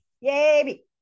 Yay